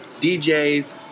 DJs